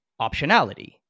optionality